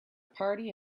party